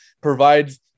provides